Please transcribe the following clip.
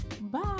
Bye